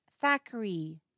Thackeray